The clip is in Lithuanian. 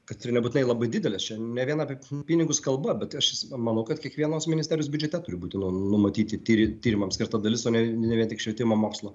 kad ir nebūtinai labai didelės čia ne vien apie pinigus kalba bet aš pamanau kad kiekvienos ministerijos biudžete turi būti numatyti tyri tyrimams ir ta dalis o ne ne vien tik švietimo mokslo